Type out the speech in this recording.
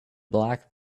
black